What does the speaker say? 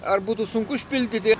ar būtų sunku išpildyti